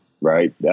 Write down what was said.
right